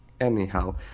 Anyhow